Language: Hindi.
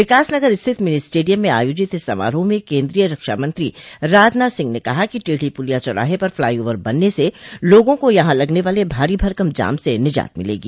विकासनगर स्थित मिनी स्टेडियम में आयोजित इस समारोह में केन्द्रीय रक्षामंत्री राजनाथ सिंह ने कहा कि टेढ़ी पूलिया चौराहे पर फ्लाईओवर बनने से लोगों को यहां लगने वाले भारी भरकम जाम से निजात मिलेगी